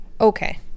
okay